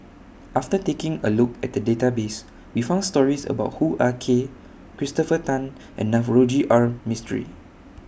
after taking A Look At The Database We found stories about Hoo Ah Kay Christopher Tan and Navroji R Mistri